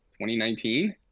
2019